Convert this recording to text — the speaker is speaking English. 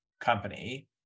company